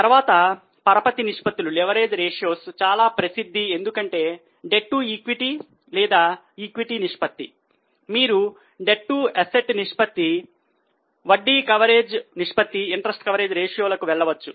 తర్వాత పరపతి నిష్పత్తులు లకు వెళ్ళవచ్చు